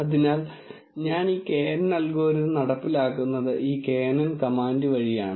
അതിനാൽ ഞാൻ ഈ knn അൽഗോരിതം നടപ്പിലാക്കുന്നത് ഈ knn കമാൻഡ് വഴിയാണ്